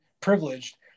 privileged